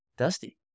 Dusty